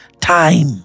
Time